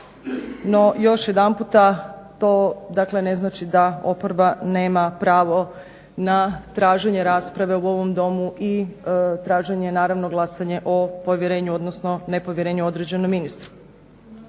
No još jedanput, to dakle ne znači da oporba nema pravo na traženje rasprave u ovom Domu i traženje naravno glasanje o povjerenju, odnosno nepovjerenju određenom ministru.